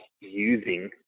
using